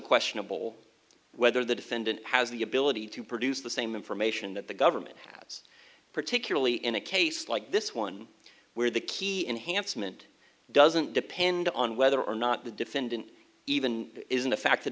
questionable whether the defendant has the ability to produce the same information that the government particularly in a case like this one where the key enhancement doesn't depend on whether or not the defendant even isn't a fact the